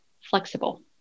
flexible